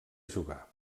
jugar